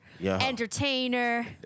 entertainer